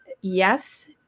yes